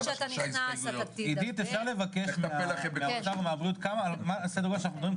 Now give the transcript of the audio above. אפשר לבקש מהאוצר ומהבריאות מה סדר הגודל שאנחנו מדברים,